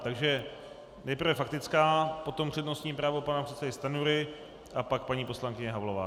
Takže nejprve faktická, potom přednostní právo pana předsedy Stanjury a pak paní poslankyně Havlová.